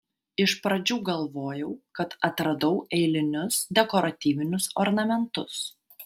iš pradžių galvojau kad atradau eilinius dekoratyvinius ornamentus